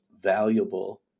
valuable